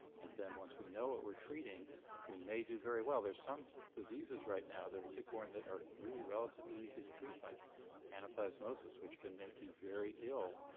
and then once we know what we're treating we may do very well. there's some diseases right now that are tick-borne that are really relatively easy to treat like anaplasmosis which can make you very ill,